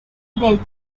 del